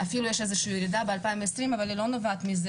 אפילו יש איזו שהיא ירידה ב-2020 אבל היא לא נובעת מזה